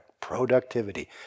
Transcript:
productivity